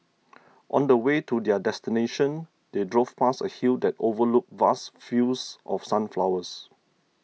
on the way to their destination they drove past a hill that overlooked vast fields of sunflowers